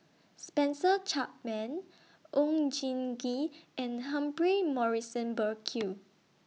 Spencer Chapman Oon Jin Gee and Humphrey Morrison Burkill